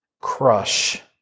crush